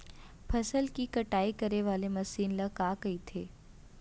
फसल की कटाई करे वाले मशीन ल का कइथे?